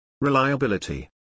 Reliability